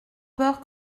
peur